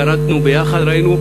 ירדנו ביחד וראינו.